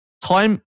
Time